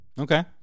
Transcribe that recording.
Okay